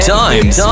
times